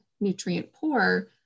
nutrient-poor